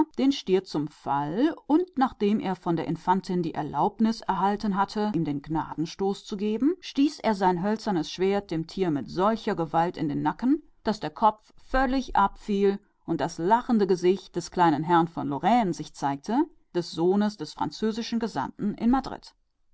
den stier auf die knie und nachdem er von der infantin die erlaubnis erhalten hatte ihm den coup de grce zu geben tauchte er sein hölzernes schwert dem tier mit solcher gewalt in den nacken daß der kopf gerade herunterfiel und das lachende gesicht des kleinen monsieur de lorraine des sohnes des französischen gesandten in madrid